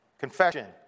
Confession